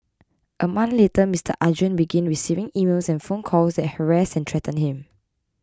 a month later Mister Arjun began receiving emails and phone calls that harassed and threatened him